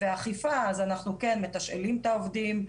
ואכיפה, אז אנחנו כן מתשאלים את העובדים,